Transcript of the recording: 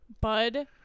Bud